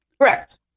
Correct